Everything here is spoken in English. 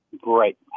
Great